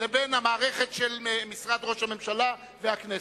לבין המערכת של משרד ראש הממשלה והכנסת.